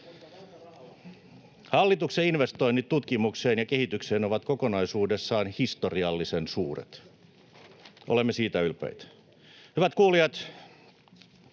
Hallituksen investoinnit tutkimukseen ja kehitykseen ovat kokonaisuudessaan historiallisen suuret. Me olemme siitä ylpeitä. Hyvät kuulijat!